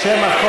עפר שלח,